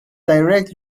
direct